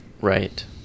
Right